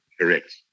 Correct